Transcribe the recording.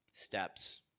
steps